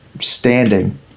standing